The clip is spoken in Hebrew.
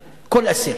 אסיר,